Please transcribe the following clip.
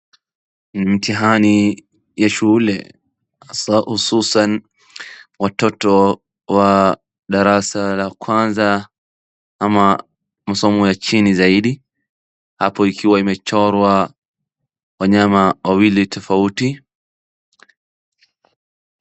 Mtihani ya shule, hasa hussusan watoto wa darasa la kwanza ama masomo ya chini zaidi, hapo ikiwa imechorwa wanyama wawili tofauti...